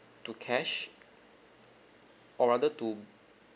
to cash or rather to